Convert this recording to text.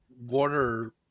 warner